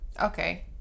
Okay